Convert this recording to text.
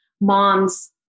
moms